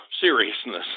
seriousness